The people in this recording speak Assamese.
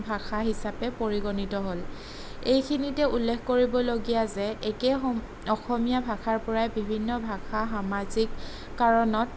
ভাষা হিচাপে পৰিগণিত হ'ল এইখিনিতে উল্লেখ কৰিবলগীয়া যে একেই সম অসমীয়া ভাষাৰ পৰাই বিভিন্ন ভাষা সামাজিক কাৰণত